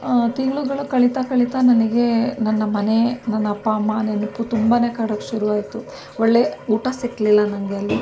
ತಿಂಗಳುಗಳು ಕಳಿತಾ ಕಳಿತಾ ನನಗೆ ನನ್ನ ಮನೆ ನನ್ನ ಅಪ್ಪ ಅಮ್ಮ ನೆನಪು ತುಂಬನೇ ಕಾಡೋಕೆ ಶುರುವಾಯಿತು ಒಳ್ಳೆ ಊಟ ಸಿಗಲಿಲ್ಲ ನನಗೆ ಅಲ್ಲಿ